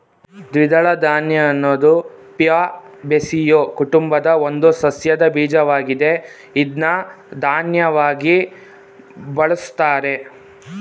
ದ್ವಿದಳ ಧಾನ್ಯ ಅನ್ನೋದು ಫ್ಯಾಬೇಸಿಯೊ ಕುಟುಂಬದ ಒಂದು ಸಸ್ಯದ ಬೀಜವಾಗಿದೆ ಇದ್ನ ಧಾನ್ಯವಾಗಿ ಬಳುಸ್ತಾರೆ